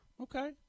Okay